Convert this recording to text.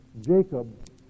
Jacob